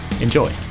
Enjoy